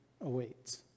awaits